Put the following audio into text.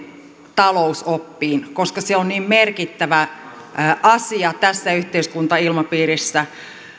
talousoppiin koska se on niin merkittävä asia tässä yhteiskuntailmapiirissä